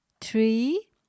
three